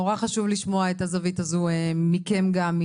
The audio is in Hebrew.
נורא חשוב לשמוע את הזווית הזאת מכם גם,